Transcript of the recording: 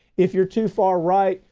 if you're too far right,